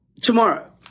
Tomorrow